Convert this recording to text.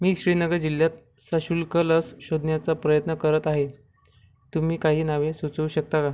मी श्रीनगर जिल्ह्यात सशुल्क लस शोधण्याचा प्रयत्न करत आहे तुम्ही काही नावे सुचवू शकता का